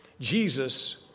Jesus